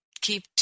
keep